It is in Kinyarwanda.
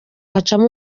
hacamo